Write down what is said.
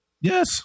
Yes